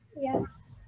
Yes